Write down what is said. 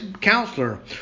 counselor